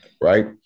right